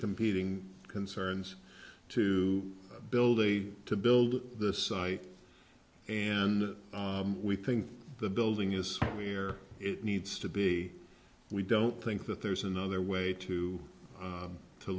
competing concerns to build a to build the site and we think the building is where it needs to be we don't think that there's another way to